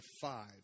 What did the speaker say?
five